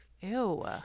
Ew